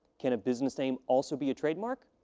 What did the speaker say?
can a business name also be a trademark?